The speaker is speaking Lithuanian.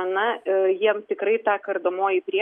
na jiem tikrai ta kardomoji priemonė nebesant